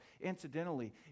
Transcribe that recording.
Incidentally